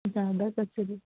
زیادہ سب سے